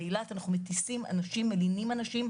באילת אנחנו מטיסים אנשים ומלינים אנשים,